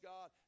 God